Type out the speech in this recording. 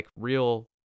real